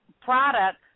product